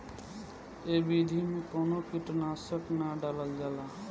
ए विधि में कवनो कीट नाशक ना डालल जाला